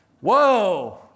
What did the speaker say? Whoa